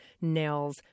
nails